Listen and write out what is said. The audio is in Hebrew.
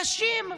נשים,